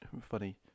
funny